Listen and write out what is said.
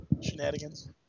shenanigans